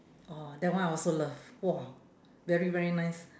orh that one I also love !wow! very very nice